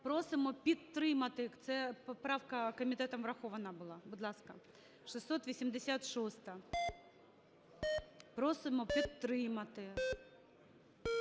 просимо підтримати, ця правка комітетом врахована була. Будь ласка, 686-а. Просимо підтримати.